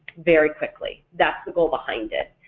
very quickly, that's the goal behind it.